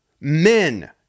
men